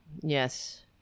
Yes